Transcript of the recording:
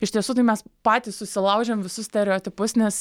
iš tiesų tai mes patys susilaužėm visus stereotipus nes